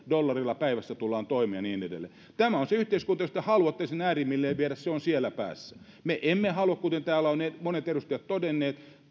dollarilla päivässä tullaan toimeen ja niin edelleen tämä on se yhteiskunta jos te haluatte sen äärimmilleen viedä joka on siellä päässä me emme halua kuten täällä ovat monet edustajat todenneet